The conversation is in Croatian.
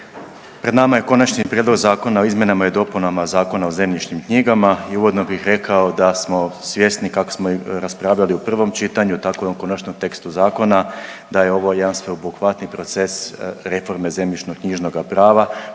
Pred nama Konačni prijedlog zakona o izmjenama i dopunama Zakona o zemljišnim knjigama i uvodno bih rekao da smo svjesni kako smo raspravljali i u prvom čitanju, tako i u ovom konačnom tekstu zakona, da je ovo jedan sveobuhvatni proces reforme zemljišno-knjižnoga prava